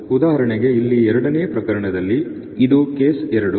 ಉದಾಹರಣೆಗೆ ಇಲ್ಲಿ ಎರಡನೇ ಪ್ರಕರಣದಲ್ಲಿ ಇದು ಕೇಸ್ ಎರಡು